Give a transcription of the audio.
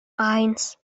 eins